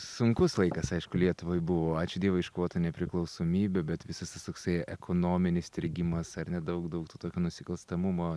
sunkus laikas aišku lietuvai buvo ačiū dievui iškovota nepriklausomybė bet visas tas toksai ekonominis strigimas ar ne daug daug to tokio nusikalstamumo